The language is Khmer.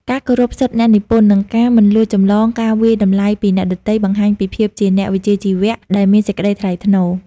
ការគោរពសិទ្ធិអ្នកនិពន្ធ និងការមិនលួចចម្លងការវាយតម្លៃពីអ្នកដទៃ បង្ហាញពីភាពជាអ្នកវិជ្ជាជីវៈដែលមានសេចក្តីថ្លៃថ្នូរ។